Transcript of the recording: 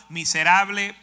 miserable